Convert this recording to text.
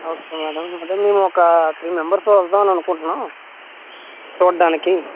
okay madam అదే మేము ఒక త్రీ మెంబర్స్ వద్దామనుకుంటున్నాము చూడ్డానికి